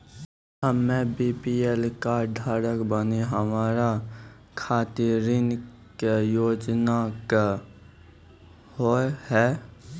हम्मे BPL card धारक बानि हमारा खातिर ऋण के योजना का होव हेय?